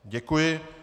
Děkuji.